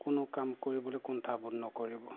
কোনো কাম কৰিবলৈ কুণ্ঠাবোধ নকৰিব